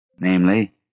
namely